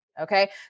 okay